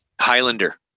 Highlander